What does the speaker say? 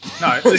No